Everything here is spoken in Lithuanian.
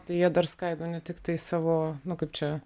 tai jie dar skaido ne tiktai savo nu kaip čia